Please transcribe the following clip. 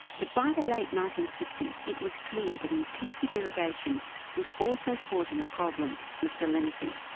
but by the late nineteen sixty s it was clear that intensive irrigation was also causing a problem with salinity.